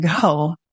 go